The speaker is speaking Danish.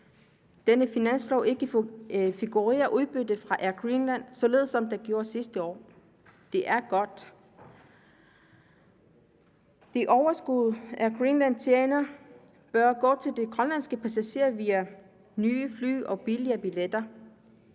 denne finanslov ikke som sidste år figurerer udbytte fra Air Greenland. Det er godt. Det overskud, Air Greenland tjener, bør gå til de grønlandske passagerer via nye fly og billige billetter.